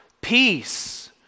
peace